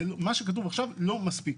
מה שכתוב עכשיו לא מספיק.